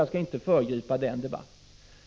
Jag skall inte föregripa den debatten.